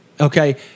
Okay